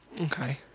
okay